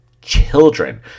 children